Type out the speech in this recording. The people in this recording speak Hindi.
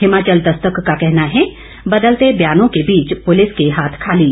हिमाचल दस्तक का कहना है बदलते बयानों के बीच पुलिस के हाथ खाली